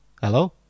Hello